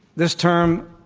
this term,